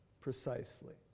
precisely